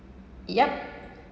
yup